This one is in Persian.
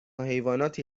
حیواناتی